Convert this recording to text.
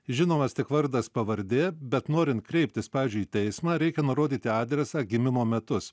žinomas tik vardas pavardė bet norint kreiptis pavyzdžiui į teismą reikia nurodyti adresą gimimo metus